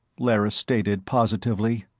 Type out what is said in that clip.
lerrys stated positively,